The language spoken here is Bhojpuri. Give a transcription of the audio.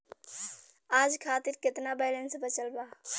आज खातिर केतना बैलैंस बचल बा?